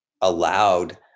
allowed